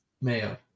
Mayo